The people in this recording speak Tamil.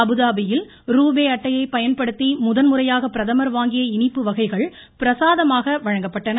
அபுதாபியில் ரூபே அட்டையைப் பயன்படுத்தி முதன்முறையாக பிரதமர் வாங்கிய இனிப்பு வகைகள் பிரசாதமாக வழங்கப்பட்டன